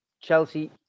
Chelsea